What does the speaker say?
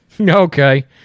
okay